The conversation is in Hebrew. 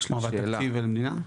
--- התקציב והמדינה?